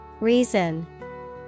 Reason